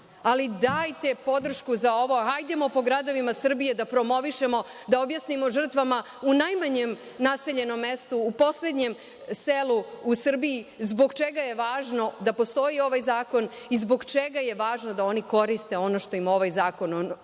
Ali, dajte podršku za ovo. Hajdemo po gradovima Srbije da promovišemo, da objasnimo žrtvama u najmanjem naseljenom mestu, u poslednjem selu u Srbiji zbog čega je važno da postoji ovaj zakon i zbog čega je važno da oni koriste ono što im ovaj zakon